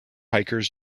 hikers